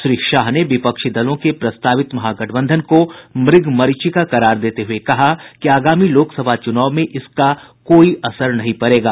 श्री शाह ने विपक्षी दलों के प्रस्तावित महागठबंधन को मुगमरीचिका करार देते हुए कहा कि आगामी लोकसभा चूनाव में इसका कोई असर नहीं पड़ेगा